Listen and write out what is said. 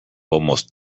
almost